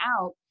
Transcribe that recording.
out